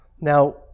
Now